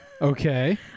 Okay